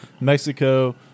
Mexico